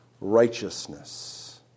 Righteousness